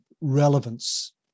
relevance